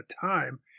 time